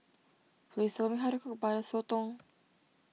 please tell me how to cook Butter Sotong